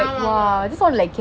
ஆமா ஆமா:aama aama